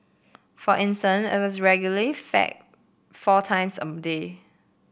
for instant it was regularly fed four times a day